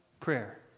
Prayer